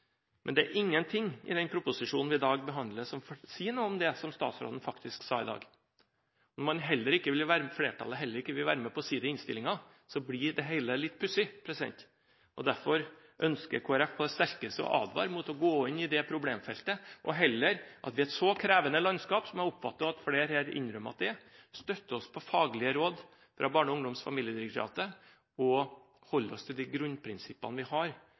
Men det er ingenting i den proposisjonen vi i dag behandler, som sier noe om det statsråden faktisk sa i dag. Når flertallet heller ikke vil være med på å si det i innstillingen, blir det hele litt pussig. Derfor ønsker Kristelig Folkeparti på det sterkeste å advare mot å gå inn i det problemfeltet. Vi ønsker heller at vi – i et så krevende landskap som jeg oppfatter at flere her innrømmer at det er – støtter oss på faglige råd fra Barne-, ungdoms- og familiedirektoratet og holder oss til de grunnprinsippene vi har,